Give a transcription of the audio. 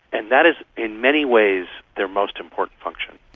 and that is in many ways their most important function.